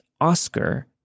Oscar